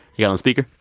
yeah on speaker?